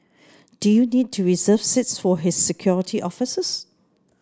do you need to reserve seats for his security officers